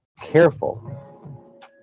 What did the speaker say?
careful